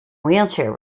wheelchair